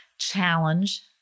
challenge